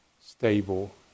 stable